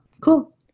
cool